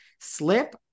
slip